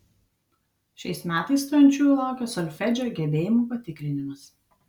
šiais metais stojančiųjų laukia solfedžio gebėjimų patikrinimas